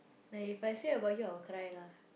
no if I say about you I will cry lah